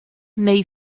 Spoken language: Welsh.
neu